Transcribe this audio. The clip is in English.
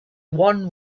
one